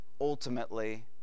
ultimately